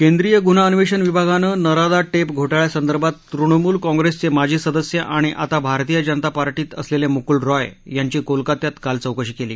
केंद्रीय गुन्हा अन्वेषण विभागानं नरादा टेप घोटाळ्यासंदर्भात तृणमूल काँग्रेसचे माजी सदस्य आणि आता भारतीय जनता पार्टीत असलेले मुकूल रॉय यांची कोलकत्यात काल चौकशी केली